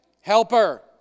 helper